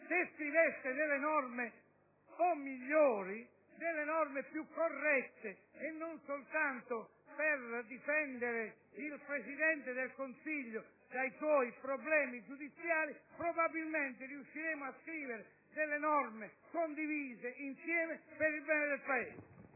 Se scriveste norme un po' migliori e più corrette, e non soltanto per difendere il Presidente del Consiglio dai suoi problemi giudiziari, probabilmente riusciremmo a scrivere norme condivise insieme per il bene del Paese.